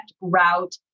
route